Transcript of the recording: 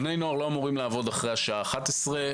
בני נוער לא אמורים לעבוד לאחר השעה אחת-עשרה.